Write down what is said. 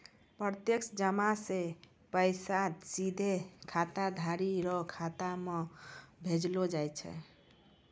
प्रत्यक्ष जमा से पैसा सीधे खाताधारी रो खाता मे भेजलो जाय छै